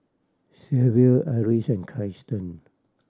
Xzavier Ardis and